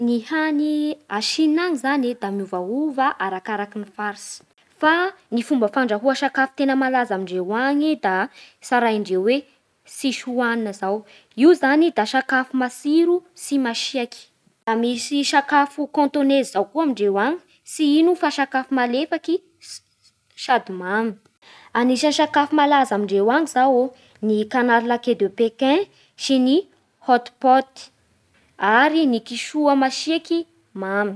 Ny hany a Chine any zany da miovaova araky ny faritsy, fany fomba fandrahoa tena malaza sakafo amindreo any da tsaraindreo hoe sishu wan zao, io zany da sakafo matsiro sy masiaky Da misy sakafo kantône zao koa amindreo any, tsy ino io fa sakafo malefaky sady mamy Anisany sakafo malaza amindreo any zao ô ny canard laqué de pékin, sy ny hot pot ary ny kisoa masiaky mamy